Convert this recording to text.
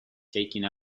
taking